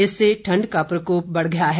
इससे ठंड का प्रकोप बढ़ गया है